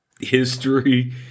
history